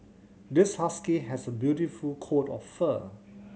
this husky has a beautiful coat of fur